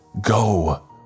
Go